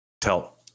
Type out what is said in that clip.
tell